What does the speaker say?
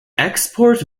export